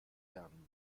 lernen